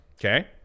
Okay